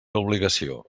obligació